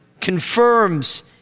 confirms